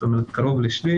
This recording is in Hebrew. זאת אומרת, קרוב לשליש.